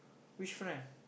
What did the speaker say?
which friend